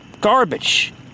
Garbage